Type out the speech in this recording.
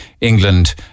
England